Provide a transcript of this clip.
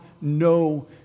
no